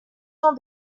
jean